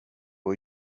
att